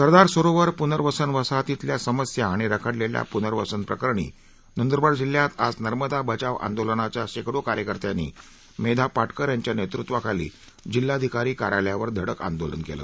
सरदार सरोवर पूर्नव्सन वसाहतीतल्या समस्या आणि रखडलेल्या पूनर्वसनप्रकरणी नंदूरबार जिल्ह्यात आज नर्मदा बचाव आंदोलनाच्या शेकडो कार्यकर्त्यांनी मेधा पाटकर यांच्या नेतृत्वाखाली जिल्हाधिकारी कार्यालयावर धडक आंदोलन केलं